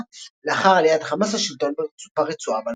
לאחר עליית החמאס לשלטון ברצועה ב-2007.